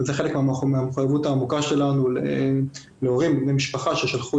וזה חלק מהמחויבות העמוקה שלנו להורים ובני משפחה ששלחו